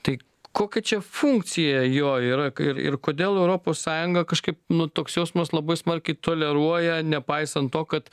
tai kokia čia funkcija jo yra ir ir kodėl europos sąjunga kažkaip nu toks jausmas labai smarkiai toleruoja nepaisant to kad